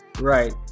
Right